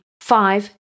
Five